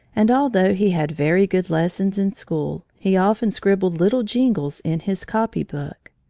and although he had very good lessons in school, he often scribbled little jingles in his copy book.